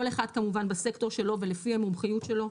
כל אחד כמובן בסקטור שלו ולפי המומחיות שלו,